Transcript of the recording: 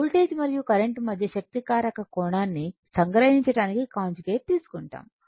voltage మరియు current మధ్య శక్తి కారక కోణాన్ని సంగ్రహించడానికి కాంజుగేట్ తీసుకుంటాము